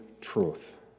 truth